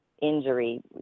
Injury